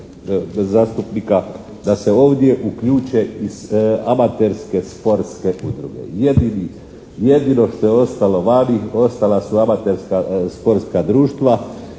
da se ovdje uključe i amaterske sportske udruge. Jedino što je ostalo vani ostala su amaterska sportska društva